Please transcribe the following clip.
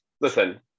listen